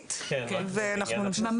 המנכ"לית ונמשיך.